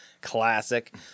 classic